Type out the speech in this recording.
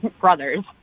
brothers